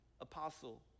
apostle